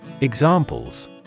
Examples